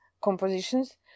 compositions